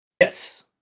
Yes